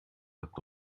hat